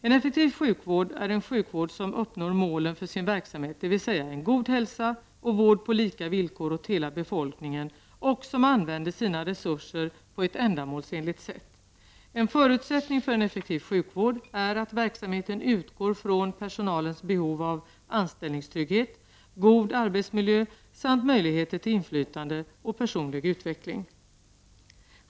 En effektiv sjukvård är en sjukvård som uppnår målen för sin verksamhet, dvs. en god hälsa och vård på lika villkor åt hela befolkningen, och som använder sina resurser på ett ändamålsenligt sätt. En förutsättning för en effektiv sjukvård är att verksamheten utgår från personalens behov av anställningstrygghet, god arbetsmiljö samt möjligheter till inflytande och personlig utveckling.